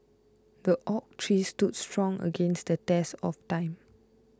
the oak tree stood strong against the test of time